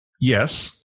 Yes